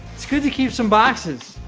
it's good to keep some boxes.